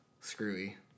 screwy